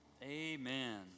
Amen